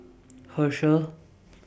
Herschel